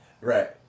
Right